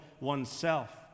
oneself